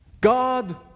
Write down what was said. God